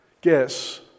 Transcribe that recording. guess